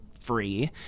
free